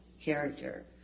character